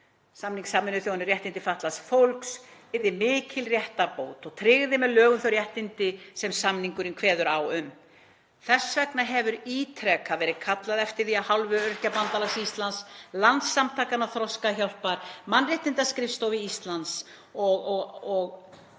samnings Sameinuðu þjóðanna um réttindi fatlaðs fólks yrði mikil réttarbót og tryggði með lögum þau réttindi sem samningurinn kveður á um. Þess vegna hefur ítrekað verið kallað eftir því af hálfu Öryrkjabandalags Íslands, Landssamtakanna Þroskahjálpar, Mannréttindaskrifstofu Íslands og